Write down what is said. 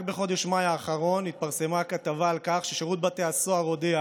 רק בחודש מאי האחרון התפרסמה כתבה על כך ששירות בתי הסוהר הודיע